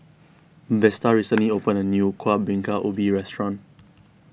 Vesta recently opened a new Kuih Bingka Ubi restaurant